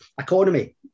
Economy